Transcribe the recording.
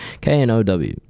k-n-o-w